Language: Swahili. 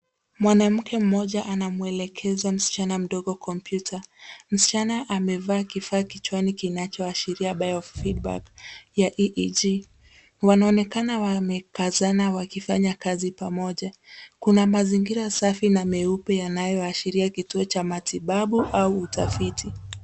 Mwanamke mmoja anamwelekeza msichana mdogo Kompyuta. Msichana amevaa kifaa kichwani kinachoashiria bio feedback ya EET. Wanaonekana wamekazana wakifanya kazi pamoja. Kuna mazingira safi na meupe yanayoashiria kituo cha matibabu au utafiti.